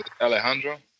Alejandro